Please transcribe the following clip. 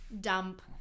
dump